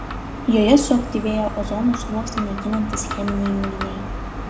joje suaktyvėja ozono sluoksnį naikinantys cheminiai junginiai